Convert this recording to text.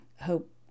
hope